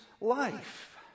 life